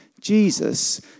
Jesus